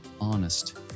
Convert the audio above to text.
honest